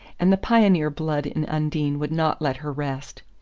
and the pioneer blood in undine would not let her rest.